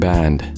Band